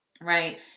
Right